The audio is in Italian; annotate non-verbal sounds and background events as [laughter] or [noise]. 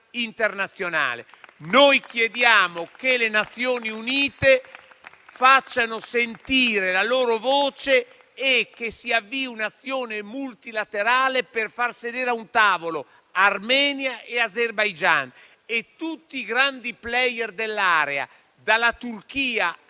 [applause] Noi chiediamo che le Nazioni Unite facciano sentire la loro voce e si avvii un'azione multilaterale per far sedere a un tavolo Armenia, Azerbaigian e tutti i grandi *player* dell'area, dalla Turchia